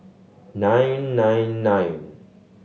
nine nine nine